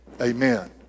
Amen